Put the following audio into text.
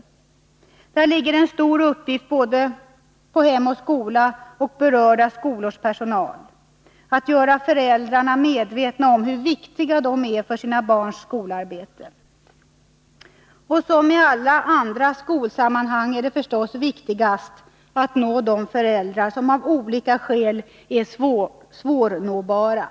Där ligger en stor uppgift både på Hem och skola och på berörda skolors personal, att göra föräldrarna medvetna om hur viktiga de är för sina barns skolarbete. Som i alla andra skolsammanhang är det förstås viktigast att nå de föräldrar som av olika skäl är svårnåbara.